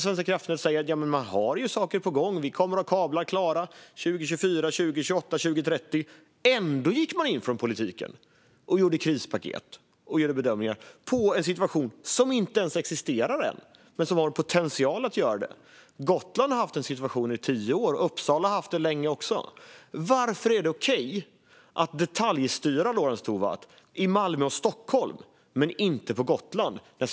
Svenska kraftnät säger att de har saker på gång och att de kommer att ha kablar klara 2024, 2028, 2030. Ändå gick politiken in och gjorde krispaket och bedömningar av en situation som inte ens existerar ännu men som det finns potential för. Gotland har haft en svår situation i tio år. Uppsala har också haft det länge. Varför är det okej att detaljstyra i Malmö och Stockholm men inte på Gotland, Lorentz Tovatt?